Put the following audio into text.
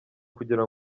kugira